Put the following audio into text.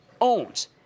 owns